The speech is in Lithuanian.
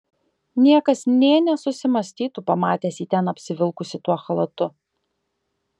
niekas nė nesusimąstytų pamatęs jį ten apsivilkusį tuo chalatu